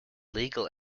legal